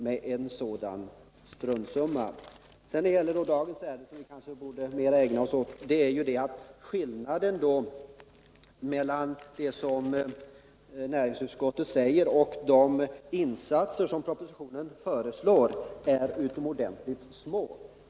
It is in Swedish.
När det sedan gäller dagens ärende, som vi kanske borde ägna oss mer åt, förhåller det sig så att skillnaderna mellan näringsutskottets förslag och de insatser som föreslås i propositionen är utomordentligt små.